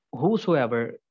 whosoever